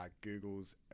Google's